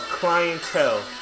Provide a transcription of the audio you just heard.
clientele